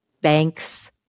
banks